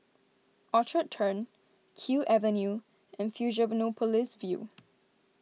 Orchard Turn Kew Avenue and Fusionopolis View